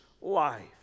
life